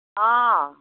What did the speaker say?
অঁ